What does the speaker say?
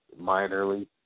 minorly